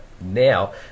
now